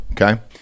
okay